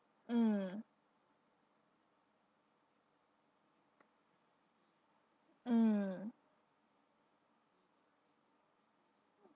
mm mm